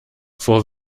vor